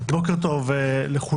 בוקר טוב לכולם,